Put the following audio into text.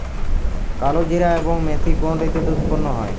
কালোজিরা এবং মেথি কোন ঋতুতে উৎপন্ন হয়?